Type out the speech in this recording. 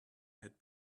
had